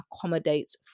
accommodates